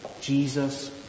Jesus